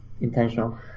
intentional